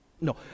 no